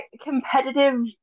competitive